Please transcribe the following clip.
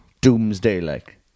Doomsday-like